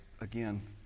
again